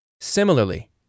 Similarly